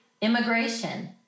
immigration